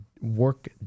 work